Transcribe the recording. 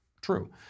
true